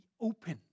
open